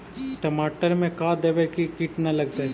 टमाटर में का देबै कि किट न लगतै?